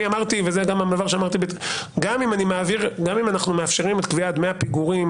אני אמרתי שגם אם אנחנו מאפשרים את קביעת דמי הפיגורים